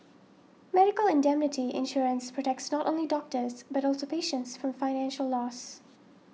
medical indemnity insurance protects not only doctors but also patients from financial loss